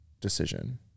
decision